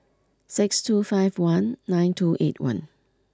six two five one nine two eight one